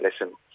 listen